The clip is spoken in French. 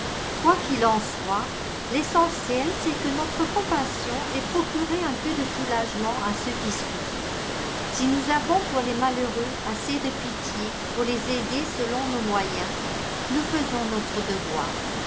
qu'il en soit l'essentiel c'est que notre compassion ait procuré un peu de soulagement à ceux qui souffrent si nous avons pour les malheureux assez de pitié pour les aider selon nos moyens nous faisons notre devoir